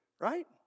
Right